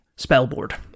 spellboard